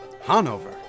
Hanover